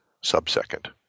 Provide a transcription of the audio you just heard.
sub-second